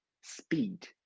Speed